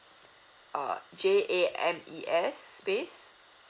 uh J A M E S space